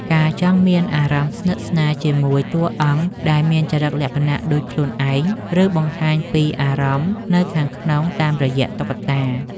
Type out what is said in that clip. ការចង់មានអារម្មណ៍ស្និទ្ធស្នាលជាមួយតួអង្គដែលមានចរិតលក្ខណៈដូចខ្លួនឯង ឬបង្ហាញពីអារម្មណ៍នៅខាងក្នុងតាមរយៈតុក្កតា។